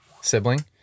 sibling